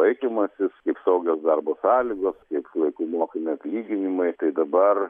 laikymasis kaip saugios darbo sąlygos kaip laiku mokami atlyginimai tai dabar